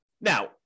Now